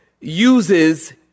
uses